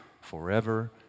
forever